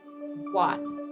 one